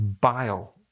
bile